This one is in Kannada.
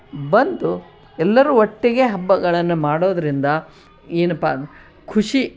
ಬಂದು ಎಲ್ಲರೂ ಒಟ್ಟಿಗೆ ಹಬ್ಬಗಳನ್ನು ಮಾಡೋದ್ರಿಂದ ಏನಪ್ಪಾ ಖುಷಿ